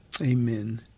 Amen